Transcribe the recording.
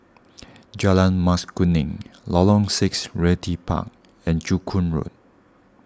Jalan Mas Kuning Lorong six Realty Park and Joo Koon Road